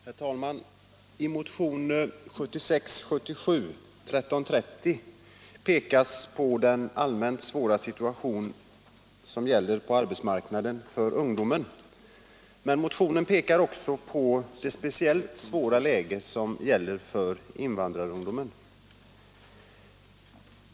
Herr talman! I motion 1976/77:1330 pekas på den allmänt svåra situation som råder på arbetsmarknaden för ungdomen. Men motionen pekar också på det speciellt svåra läget för invandrarungdomen.